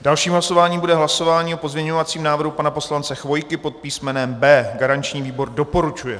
Dalším hlasováním bude hlasování o pozměňovacím návrhu pana poslance Chvojky pod písmenem B. Garanční výbor doporučuje.